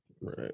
Right